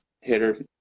hitter